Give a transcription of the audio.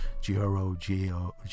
G-R-O-G-O